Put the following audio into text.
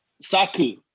Saku